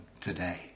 today